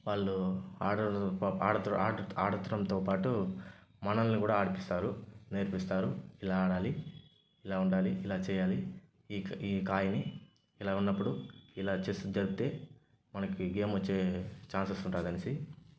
వాళ్లు ఆడరు ఆడ్ ఆడ్ ఆడడంతో పాటు మనల్ని కూడా ఆడిపిస్తారు నేర్పిస్తారు ఇలా ఆడాలి ఇలా ఉండాలి ఇలా చేయాలి ఈ ఈ కాయని ఇలా ఉన్నప్పుడు ఇలా చెస్ జరిపితే మనకి గేమ్ వచ్చే ఛాన్సెస్ ఉంటాది అనేసి